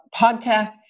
podcasts